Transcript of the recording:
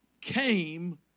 came